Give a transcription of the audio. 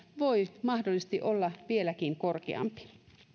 voi mahdollisesti olla vieläkin korkeampi